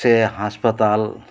ᱥᱮ ᱦᱟᱥᱯᱟᱛᱟᱞ